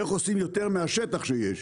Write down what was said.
איך עושים יותר מהשטח שיש.